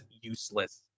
useless